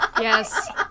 Yes